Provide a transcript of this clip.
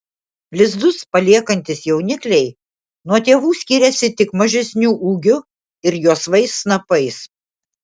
lizdus paliekantys jaunikliai nuo tėvų skiriasi tik mažesniu ūgiu ir juosvais snapais